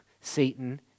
Satan